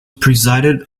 presided